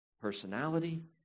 personality